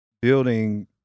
building